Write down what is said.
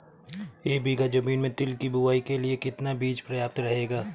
एक बीघा ज़मीन में तिल की बुआई के लिए कितना बीज प्रयाप्त रहेगा?